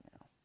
now